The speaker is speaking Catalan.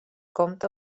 compta